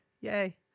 Yay